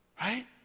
right